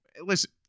Listen